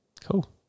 Cool